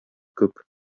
күп